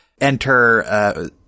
enter